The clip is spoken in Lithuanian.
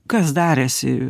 kas darėsi